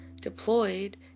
Deployed